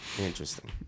Interesting